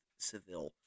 Seville